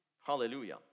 hallelujah